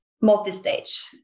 multi-stage